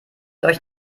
euch